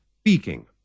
Speaking